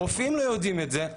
הרופאים לא יודעים את זה,